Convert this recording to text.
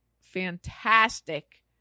fantastic